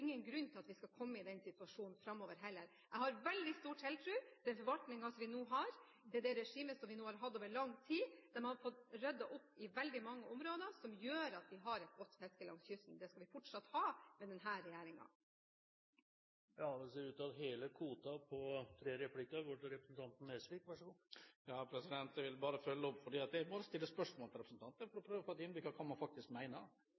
ingen grunn til at vi skal komme i den situasjonen framover heller. Jeg har veldig stor tiltro til den forvaltningen vi har, og det regimet vi har hatt over lang tid. De har fått ryddet opp i veldig mange områder, slik at vi har et godt fiske langs kysten. Det skal vi fortsatt ha med denne regjeringen. Det ser ut til at hele kvoten på tre replikker går til representanten Nesvik – vær så god. Jeg vil følge opp. Jeg må bare stille spørsmål til representanten for å prøve å få et innblikk i hva hun faktisk